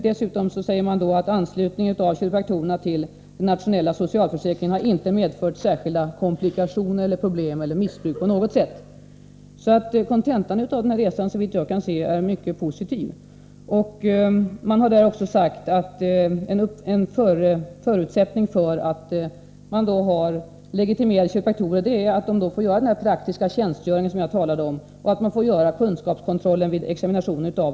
Dessutom sägs det att anslutningen av kiropraktorerna till det nationella socialförsäkringssystemet inte har medfört särskilda komplikationer, problem eller missbruk på något sätt. Så kontentan av resan är, såvitt jag kan se, mycket positiv. Förutsättningen för att få legitimerade kiropraktorer är att dessa får den praktiska tjänstgöring som jag talade om och att det görs kunskapskontroll vid examinationen.